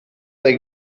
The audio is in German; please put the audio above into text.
der